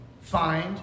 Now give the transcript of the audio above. find